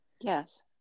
yes